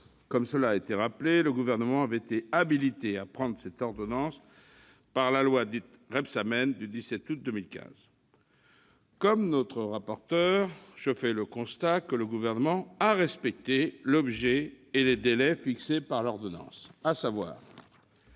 Comme cela a été rappelé, le Gouvernement avait été habilité à prendre cette ordonnance par la loi Rebsamen du 17 août 2015. Comme notre rapporteur, je fais le constat que le Gouvernement a respecté l'objet et les délais fixés par l'habilitation.